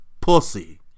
Pussy